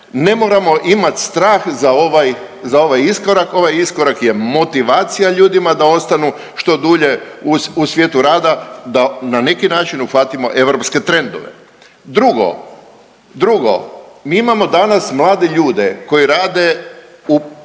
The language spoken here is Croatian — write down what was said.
ne moramo imat strah za ovaj, za ovaj iskorak, ovaj iskorak je motivacija ljudima da ostanu što dulje u, u svijetu rada, da na neki način uhvatimo europske trendove. Drugo, drugo, mi imamo danas mlade ljude koji rade u,